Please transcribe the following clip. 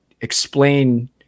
explain